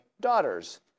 daughters